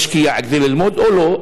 אם הוא משקיע כדי ללמוד או לא.